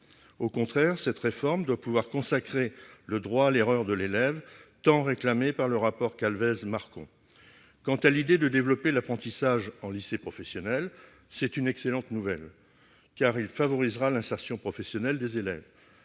Au contraire, cette réforme doit pouvoir consacrer le droit à l'erreur de l'élève, tant réclamé par le rapport Calvez-Marcon. Quant à l'idée de développer l'apprentissage en lycée professionnel, c'est une excellente nouvelle, car celui-ci favorisera l'insertion professionnelle des élèves.